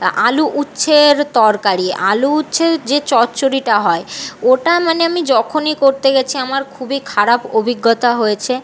আলু উচ্ছের তরকারি আলু উচ্ছের যে চচ্চড়িটা হয় ওটা মানে আমি যখনই করতে গেছি আমার খুবই খারাপ অভিজ্ঞতা হয়েছে